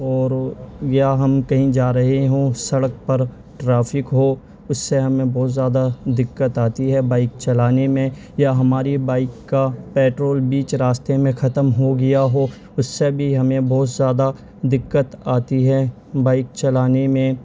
اور یا ہم کہیں جا رہے ہوں سڑک پر ٹریفک ہو اس سے ہمیں بہت زیادہ دقت آتی ہے بائک چلانے میں یا ہماری بائک کا پیٹرول بیچ راستے میں ختم ہو گیا ہو اس سے بھی ہمیں بہت زیادہ دقت آتی ہے بائک چلانے میں